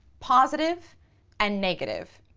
positive and negative,